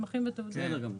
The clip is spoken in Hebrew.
בסדר גמור.